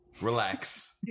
Relax